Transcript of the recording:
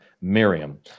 Miriam